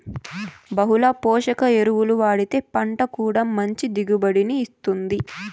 బహుళ పోషక ఎరువులు వాడితే పంట కూడా మంచి దిగుబడిని ఇత్తుంది